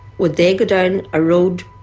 would they go down a road